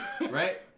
right